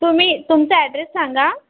तुमी तुमचा ॲड्रेस सांगा